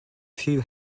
few